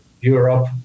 Europe